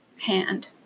hand